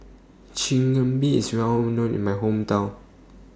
Chigenabe IS Well known in My Hometown